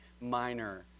minor